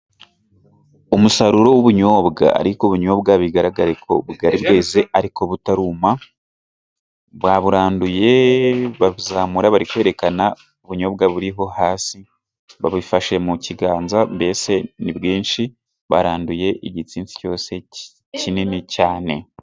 Umusaruro w'ubunyobwa ariko ubunyobwa bigaragare ko bwareze ariko butaruma, baburanduye babuzamura bari kwerekana ubunyobwa buriho hasi babufashe mu kiganza mbese ni bwinshi. Baranduye igitsinsi cyose kinini cyane.